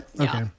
okay